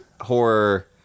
horror